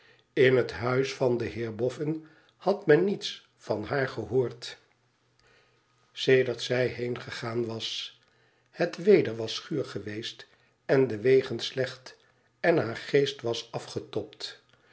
in het huis van den heer boffin had men niets van haar gehoord sedert zij heengegaan was het weder was guur geweest en de wegen slecht en haar geest was